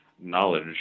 knowledge